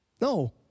No